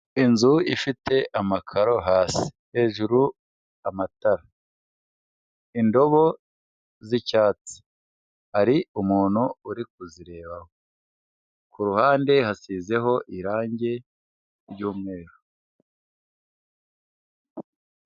Inzu ifite amakaro hasi, hejuru amatara; indobo z'icyatsi, hari umuntu uri kuzirebaho, ku ruhande hasizeho irangi ry'umweru.